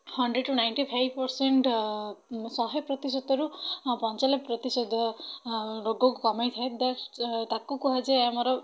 hundred to ninety five percent ଶହେ ପ୍ରତିଶତରୁ ପଞ୍ଚାନବେ ପ୍ରତିଶତ ରୋଗକୁ କମାଇଥାଏ ତାକୁ କୁହାଯାଏ ଆମର